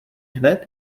hned